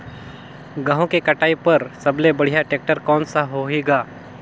गहूं के कटाई पर सबले बढ़िया टेक्टर कोन सा होही ग?